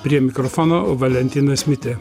prie mikrofono valentinas mitė